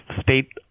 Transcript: state